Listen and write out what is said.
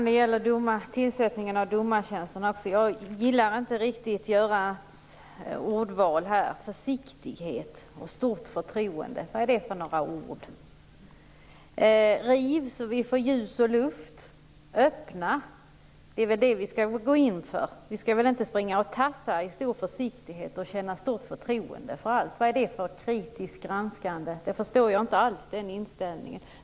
Herr talman! Det gäller tillsättningen av domartjänster. Jag gillar inte riktigt Göran Magnussons ordval: "försiktighet" och "stort förtroende". Vad är det för ord? Riv, så att vi får ljus och luft! Vi skall gå in för att öppna. Vi skall inte springa och tassa i stor försiktighet och känna stort förtroende för allt. Vad är det för något kritiskt granskande? Den inställningen förstår jag inte alls.